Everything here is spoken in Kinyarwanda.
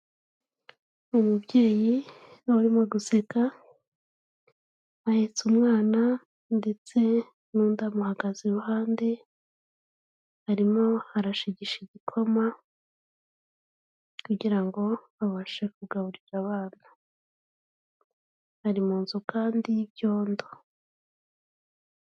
Umubyeyi urimo guseka ahetse umwana ndetse n'undi amuhagaze iruhande arimo arashigisha igikoma kugira ngo abashe kugaburira abana ari mu nzu kandi y'ibyondo.